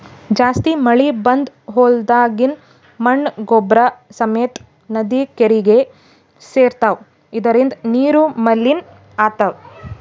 ಜಾಸ್ತಿ ಮಳಿ ಬಂದ್ ಹೊಲ್ದಾಗಿಂದ್ ಮಣ್ಣ್ ಗೊಬ್ಬರ್ ಸಮೇತ್ ನದಿ ಕೆರೀಗಿ ಸೇರ್ತವ್ ಇದರಿಂದ ನೀರು ಮಲಿನ್ ಆತದ್